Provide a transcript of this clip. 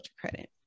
credit